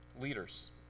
leaders